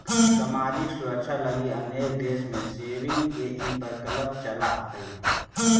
सामाजिक सुरक्षा लगी अनेक देश में सेविंग्स के ई प्रकल्प चलऽ हई